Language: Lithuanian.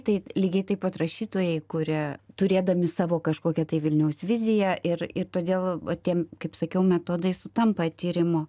taip lygiai taip pat rašytojai kuria turėdami savo kažkokią tai vilniaus viziją ir ir todėl tie kaip sakiau metodai sutampa tyrimo